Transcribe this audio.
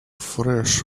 fresh